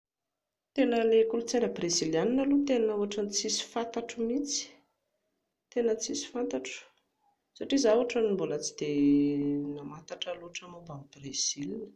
Tena ilay kolotsaina Breziliana aloha tena ohatran'ny tsisy fantatro mihintsy, tena tsisy fantatro, satria izaho ohatran'ny mbola tsy dia namantatra loatra momba an'i Bresil